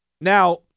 Now